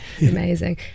amazing